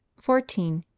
fourteen.